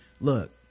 look